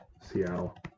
Seattle